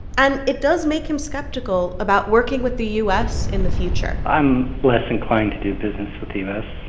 and it does make him skeptical about working with the u s. in the future i'm less inclined to do business with the u s,